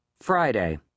Friday